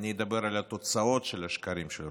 אני אדבר על התוצאות של השקרים של רוטמן.